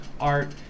art